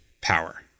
power